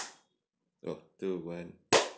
oh two one